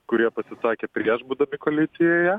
kurie pasisakė prieš būdami koalicijoje